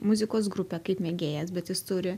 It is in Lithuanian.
muzikos grupę kaip mėgėjas bet jis turi